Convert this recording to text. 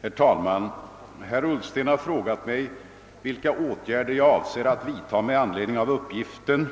Herr talman! Herr Ullsten har frågat mig vilka åtgärder jag avser att vidtaga med anledning av uppgiften